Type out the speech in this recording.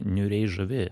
niūriai žavi